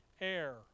air